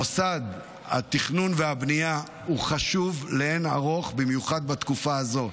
מוסד התכנון והבנייה הוא חשוב לאין ערוך במיוחד בתקופה הזו,